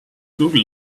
google